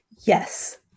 Yes